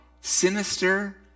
sinister